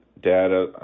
data